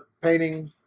painting